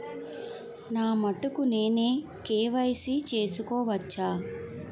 నా మటుకు నేనే కే.వై.సీ చేసుకోవచ్చా?